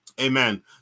Amen